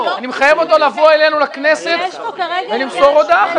אני מחייב אותו לבואו אלינו לכנסת ולמסור הודעה.